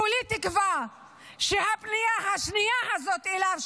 כולי תקווה שהפנייה השנייה הזאת אליו,